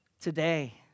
Today